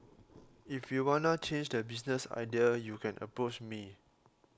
if you wanna change the business idea U can approach me